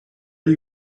you